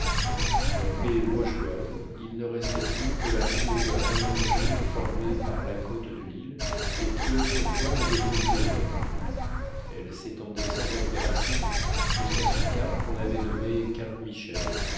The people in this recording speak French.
de la baie washburn il ne restait plus que la courbe allongée formée par la côte de l'île et qui autrefois la délimitait au nord elle s'étendait sans altération jusqu'à ce cap qu'on avait nommé cap michel